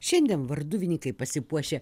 šiandien varduvinykai pasipuošę